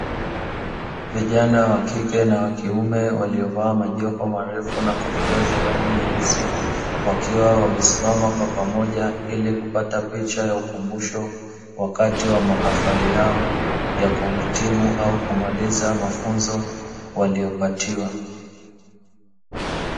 Vijana wa kike na kiume waliovaa majoho marefu na kofia za rangi nyeusi. Wakiwa wamesimama kwa pamoja ili kupata picha ya ukumbusho wakati wa mahafali yao ya kuhitimu au kumaliza mafunzo waliyopatiwa.